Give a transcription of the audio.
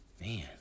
Man